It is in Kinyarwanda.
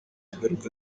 ingaruka